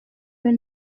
wowe